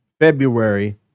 February